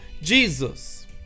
Jesus